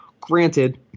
Granted